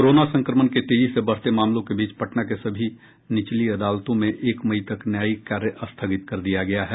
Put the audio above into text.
corona संक्रमण के तेजी से बढ़ते मामलों के बीच पटना के सभी निचली अदालतों में एक मई तक न्यायिक कार्य स्थगित कर दिया गया है